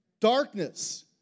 darkness